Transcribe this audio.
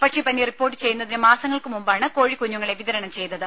പക്ഷിപ്പനി റിപ്പോർട്ട് ചെയ്യുന്നതിനു മാസങ്ങൾക്ക് മുമ്പാണ് കോഴിക്കുഞ്ഞുങ്ങളെ വിതരണം ചെയ്തത്